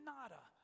Nada